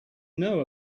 know